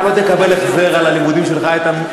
אתה לא תקבל החזר על הלימודים שלך, איתן.